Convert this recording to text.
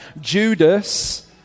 Judas